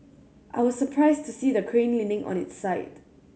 I was surprised to see the crane leaning on its side